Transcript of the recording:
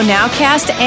Nowcast